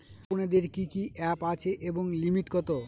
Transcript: আপনাদের কি কি অ্যাপ আছে এবং লিমিট কত?